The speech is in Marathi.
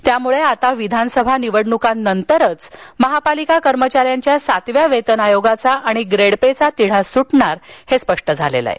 त्यामुळे विधानसभा निवडणुकांनंतर महापालिका कर्मचाऱ्यांच्या सातव्या वेतन आयोगाचा आणि ग्रेड पेचा तिढा सुटणार हे स्पष्ट झालं आहे